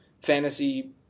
fantasy